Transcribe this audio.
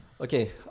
Okay